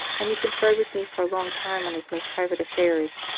and he conferred with me for a long time on his most private affairs.